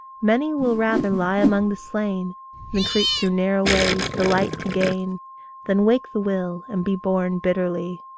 many will rather lie among the slain than creep through narrow ways the light to gain than wake the will, and be born bitterly.